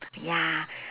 ya